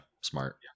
smart